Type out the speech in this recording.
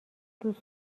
دوست